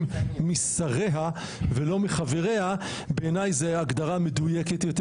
משריה ולא מחבריה בעיניי זו הגדרה מדויקת יותר.